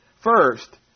first